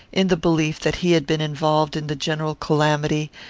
in the belief that he had been involved in the general calamity,